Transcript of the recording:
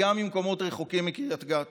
גם מקומות רחוקים מקריית גת